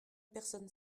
personne